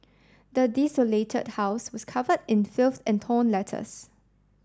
the desolated house was covered in filth and torn letters